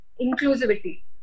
inclusivity